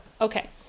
okay